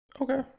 okay